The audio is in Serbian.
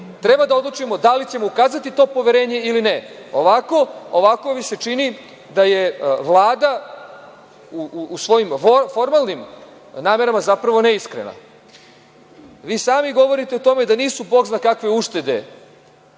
treba da odlučimo da li ćemo ukazati to poverenje ili ne. Ovako mi se čini da je Vlada u svojim formalnim namerama zapravo neiskrena. Sami govorite o tome da nisu bog zna kakve uštede,